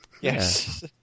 Yes